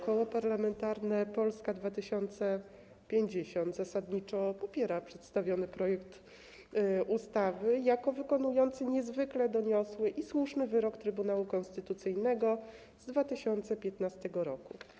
Koło Parlamentarne Polska 2050 zasadniczo popiera przedstawiony projekt ustawy jako wykonujący niezwykle doniosły i słuszny wyrok Trybunału Konstytucyjnego z 2015 r.